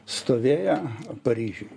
stovėjo paryžiuj